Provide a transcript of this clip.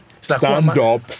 stand-up